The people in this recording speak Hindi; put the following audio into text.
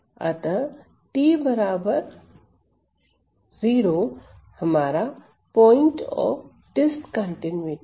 अतः t 0 हमारा प्वाइंट ऑफ डिस्कंटीन्यूटी है